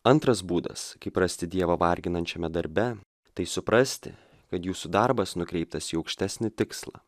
antras būdas kaip rasti dievą varginančiame darbe tai suprasti kad jūsų darbas nukreiptas į aukštesnį tikslą